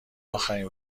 آخرین